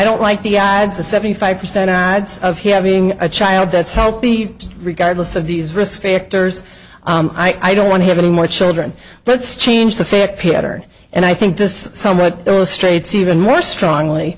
don't like the ads of seventy five percent odds of having a child that's healthy regardless of these risk factors i don't want to have any more children let's change the fact peter and i think this somewhat illustrates even more strong